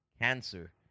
cancer